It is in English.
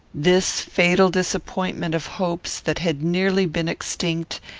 this fatal disappointment of hopes that had nearly been extinct,